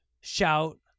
shout